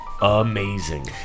Amazing